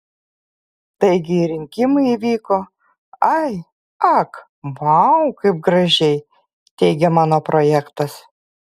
taigi ir rinkimai įvyko ai ak vau kaip gražiai teigia mano projektas